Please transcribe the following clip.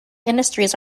industries